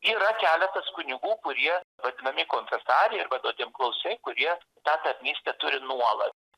yra keletas kunigų kurie vadinami konfesariai arba nuodėmklausiai kurie tą tarnystę turi nuolat